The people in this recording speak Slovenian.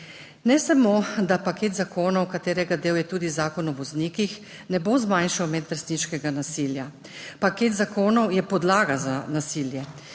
Ne samo, da paket zakonov, katerega del je tudi Zakon o voznikih, ne bo zmanjšal medvrstniškega nasilja, paket zakonov je podlaga za nasilje,